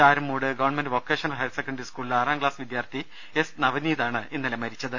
ചാരും മൂട് government vocational higher secondary സ്കൂളിലെ ആറാം ക്ലാസ് വിദ്യാർഥി എസ് നവനീത് ആണ് ഇന്നലെ മരിച്ചത്